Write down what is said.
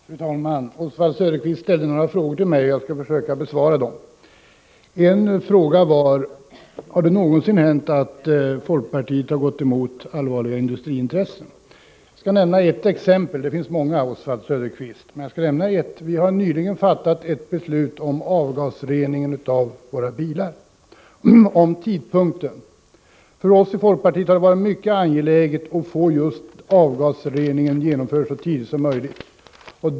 Fru talman! Oswald Söderqvist ställde några frågor till mig. Jag skall försöka besvara dem. En fråga var: Har det någonsin hänt att folkpartiet har gått emot allvarliga industriintressen? Det finns många exempel, Oswald Söderqvist, men jag skall nämna ett. Vi har nyligen fattat beslut om avgasreningen då det gäller våra bilar. För oss i folkpartiet har det varit mycket angeläget att få just avgasreningen genomförd så snart som möjligt.